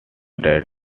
dates